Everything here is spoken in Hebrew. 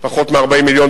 פחות מ-40 מיליון,